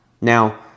Now